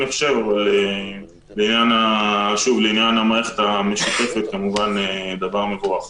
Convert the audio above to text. אבל לעניין המערכת המשותפת כמובן זה דבר מבורך.